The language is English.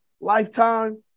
lifetime